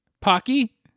Pocky